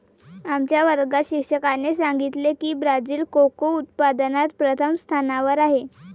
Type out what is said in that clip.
आमच्या वर्गात शिक्षकाने सांगितले की ब्राझील कोको उत्पादनात प्रथम स्थानावर आहे